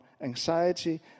anxiety